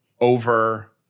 over